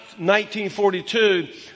1942